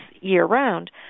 year-round